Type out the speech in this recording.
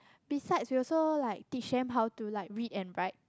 besides we also like teach them how to like read and write